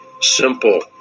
simple